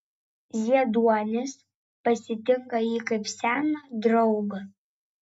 zieduonis pasitinka jį kaip seną draugą